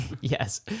Yes